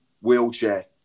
wheelchair